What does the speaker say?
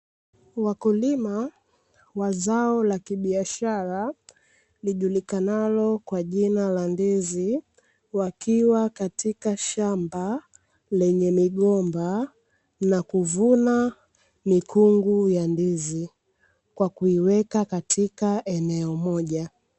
Wakulima wa zao la biashara lijulikanalo kwa jina la ndizi, wakiwa katika shamba lenye migomba na kuvuna mikungu ya ndizi kwa kuiweka katika eneo moja.